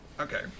Okay